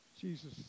Jesus